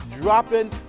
dropping